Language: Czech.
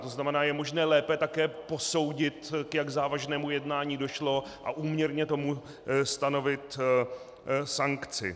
To znamená, je možné lépe také posoudit, jak k závažnému jednání došlo, a úměrně tomu stanovit sankci.